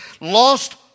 lost